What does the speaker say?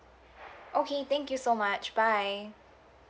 okay thank you so much bye